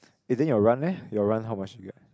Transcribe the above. you think you will run meh you will run how much you